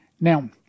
Now